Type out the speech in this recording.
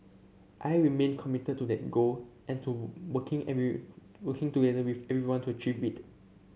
I remain committed to that goal and to working working together with everyone to achieve it